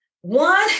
One